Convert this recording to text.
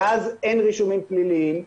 ואז אין רישומים פליליים?